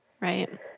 Right